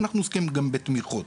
ואנחנו עוסקים גם בתמיכות.